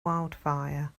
wildfire